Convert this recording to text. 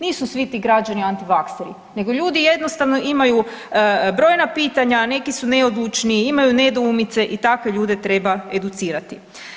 Nisu svi ti građani antivakseri nego ljudi jednostavno imaju brojna pitanja, neki su neodlučni, imaju nedoumice i takve ljude treba educirati.